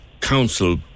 council